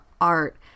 art